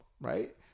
right